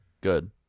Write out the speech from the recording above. Good